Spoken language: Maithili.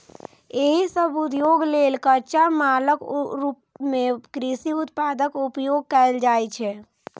एहि सभ उद्योग लेल कच्चा मालक रूप मे कृषि उत्पादक उपयोग कैल जाइ छै